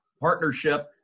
partnership